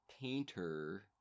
painter